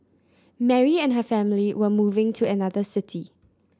Mary and her family were moving to another city